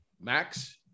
Max